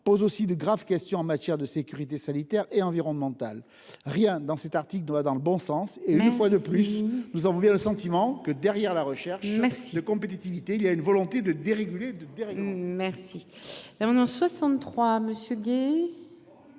pose aussi de graves questions en matière de sécurité sanitaire et environnementale. Rien, dans cet article, ne va dans le bon sens. Une fois de plus, nous avons le sentiment que, derrière la recherche de compétitivité, il y a une volonté de déréguler et de déréglementer.